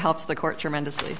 helps the court tremendously